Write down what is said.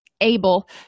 able